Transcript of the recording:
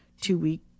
two-week